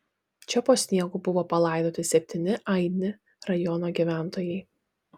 čia po sniegu buvo palaidoti septyni aini rajono gyventojai